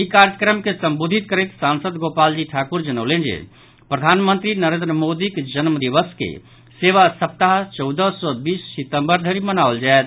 ई कार्यक्रम के संबोधित करैत सांसद गोपाल जी ठाकुर जनौलनि जे प्रधानमंत्री नरेन्द्र मोदीक जन्मदिवस कॅ सेवा सप्ताह चौदह सॅ बीस सितंबर धरि मनाओल जायत